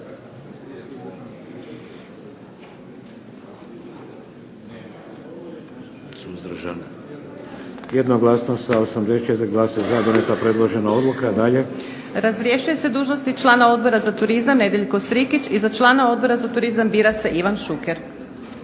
Jednoglasno sa 84 glasa za, donijeta predložena odluka. Dalje. **Majdenić, Nevenka (HDZ)** Razrješuje se dužnosti člana Odbora za turizam Nedjeljko Strikić, i za člana Odbora za turizam bira se Ivan Šuker.